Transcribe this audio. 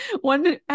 One